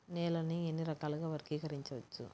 నేలని ఎన్ని రకాలుగా వర్గీకరించవచ్చు?